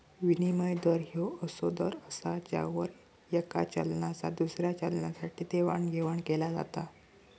विनिमय दर ह्यो असो दर असा ज्यावर येका चलनाचा दुसऱ्या चलनासाठी देवाणघेवाण केला जाता